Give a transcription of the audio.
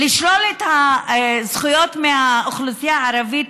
לשלול את הזכויות מהאוכלוסייה הערבית,